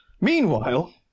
Meanwhile